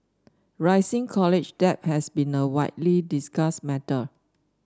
rising college debt has been a widely discussed matter